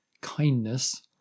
kindness